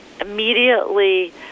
immediately